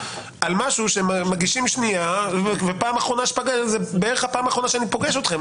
על משהו שמגישים שנייה וזה בערך הפעם האחרונה שאני פוגש אתכם,